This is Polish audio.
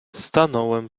stanąłem